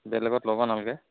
বেলেগত ল'ব নালগে